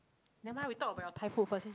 nevermind we talk about your thai food first since